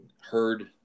heard